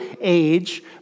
age